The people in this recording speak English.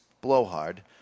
blowhard